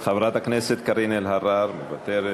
חברת הכנסת קארין אלהרר מוותרת.